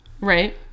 Right